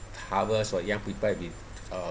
harvest or young people have been uh